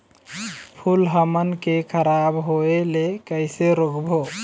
फूल हमन के खराब होए ले कैसे रोकबो?